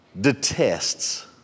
detests